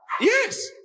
Yes